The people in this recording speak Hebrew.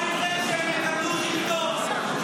מה יקרה כשהם יקבלו שלטון.